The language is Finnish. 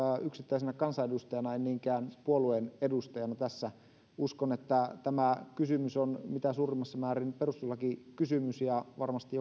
yksittäisenä kansanedustajana en niinkään puolueen edustajana tässä uskon että tämä kysymys on mitä suurimmassa määrin perustuslakikysymys ja varmasti